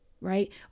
right